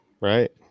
Right